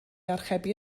archebu